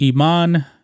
Iman